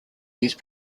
these